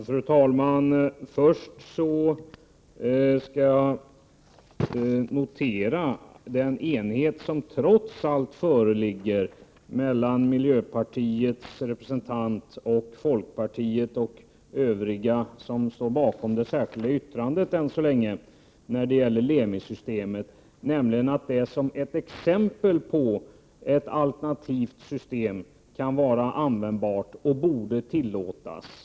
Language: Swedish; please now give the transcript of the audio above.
Fru talman! Först skall jag notera den enighet som trots allt föreligger mellan miljöpartiets representant, folkpartiet och de övriga som än så länge står bakom det särskilda yttrandet om Lemisystemet. Det kan som ett exempel på ett alternativt system vara användbart och borde tillåtas.